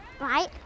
Right